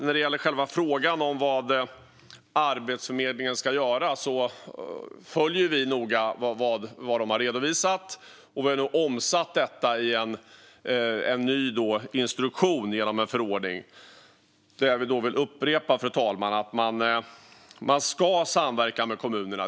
När det gäller själva frågan om vad Arbetsförmedlingen ska göra följer vi noga vad de har redovisat, och vi har nu omsatt detta i en ny instruktion genom en förordning. Där - det vill jag upprepa, fru talman - ska man samverka med kommunerna.